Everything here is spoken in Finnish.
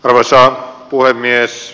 arvoisa puhemies